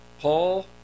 Paul